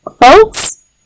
folks